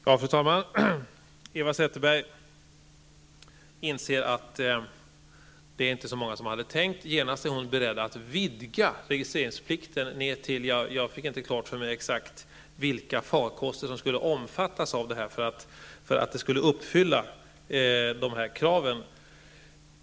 Fru talman! Eva Zetterberg inser att det inte är så många båtar i registret som det var tänkt. Genast är hon beredd att vidga registreringsplikten -- jag fick inte klart för mig exakt vilka farkoster som skulle omfattas av registreringsplikten för att registret skulle uppfylla kraven.